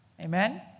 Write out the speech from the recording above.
Amen